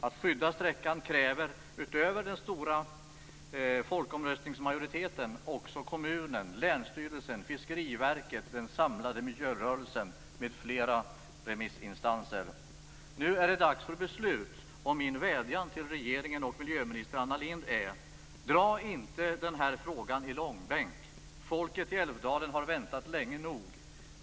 Att sträckan skall skyddas kräver, utöver den stora folkomröstningsmajoriteten, också kommunen, länsstyrelsen, Fiskeriverket, den samlade miljörörelsen m.fl. remissinstanser. Nu är det dags för beslut. Min vädjan till regeringen och miljöminister Anna Lindh är: Dra inte den här frågan i långbänk! Folket i Älvdalen har väntat länge nog.